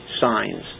signs